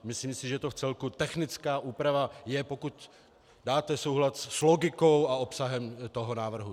Myslím si, že to vcelku technická úprava je, pokud dáte souhlas s logikou a obsahem toho návrhu.